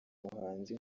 muhanzi